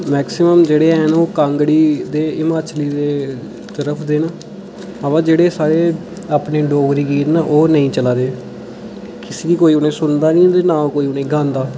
maximum जेह्ड़े हैन ओह् हिमाचली कांगड़ी दे तरफ दे न अबा जेह्ड़े साढ़े अपने डोगरी गीत न ओह् नेईं चला दे इस लेई कोई उ'नें गी सुनदा नेई ते ना कोई उ'नें गी गांदा